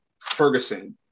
Ferguson